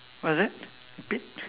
what is that